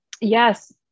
Yes